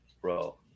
bro